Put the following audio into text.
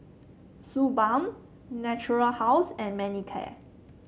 Suu Balm Natura House and Manicare